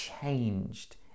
changed